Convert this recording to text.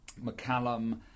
McCallum